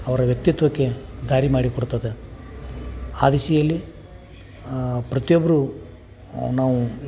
ಅವರ ವ್ಯಕ್ತಿತ್ವಕ್ಕೆ ದಾರಿ ಮಾಡಿ ಕೊಡ್ತದೆ ಆ ದಿಸೆಯಲ್ಲಿ ಪ್ರತಿಯೊಬ್ರೂ ನಾವು